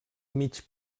mig